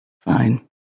Fine